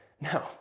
No